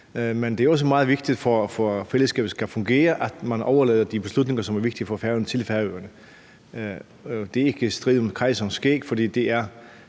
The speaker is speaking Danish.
Men det er også meget vigtigt, for at fællesskabet skal fungere, at man overlader de beslutninger, som er vigtige for Færøerne, til Færøerne. Det er ikke en strid om kejserens skæg, for det er